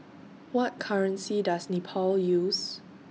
What currency Does Nepal use